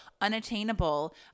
unattainable